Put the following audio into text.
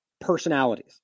personalities